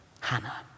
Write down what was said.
Hannah